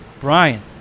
Brian